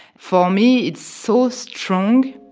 for me, it's so strong,